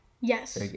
Yes